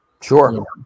Sure